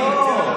למה זה להחכים?